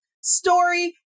story